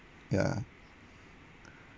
ya